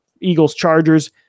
Eagles-Chargers